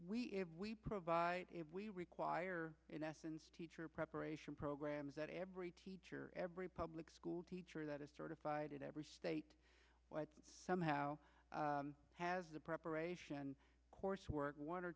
we if we provide it we require in essence teacher preparation programs that every teacher every public school teacher that is certified in every state somehow has the preparation coursework one or